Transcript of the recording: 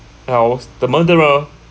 else the murderer